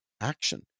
action